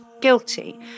guilty